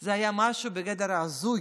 זה היה משהו בגדר ההזוי,